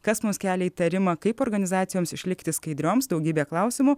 kas mus kelia įtarimą kaip organizacijoms išlikti skaidrioms daugybė klausimų